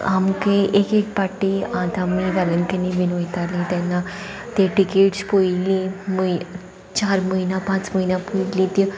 आमके एक एक पाटी आतां आमी वेलंकणी बीन वयताली तेन्ना ते टिकेट्स पयली म्हय चार म्हयन पांच म्हयन्या पयलीं ती